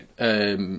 Right